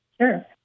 Sure